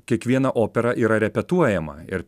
kiekviena opera yra repetuojama ir